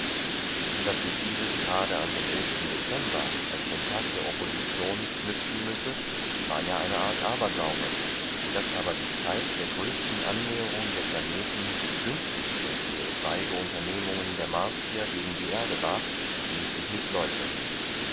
daß sich dieses gerade an den dezember als den tag der opposition knüpfen müsse war ja eine art aberglaube daß aber die zeit der größten annäherung der planeten die günstigste für etwaige unternehmungen der martier gegen die erde war ließ sich nicht leugnen